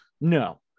No